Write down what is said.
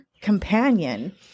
companion